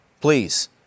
please